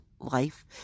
life